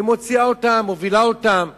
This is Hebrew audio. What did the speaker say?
ומוציאה אותם, מובילה אותם בכבוד,